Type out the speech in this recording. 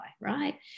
right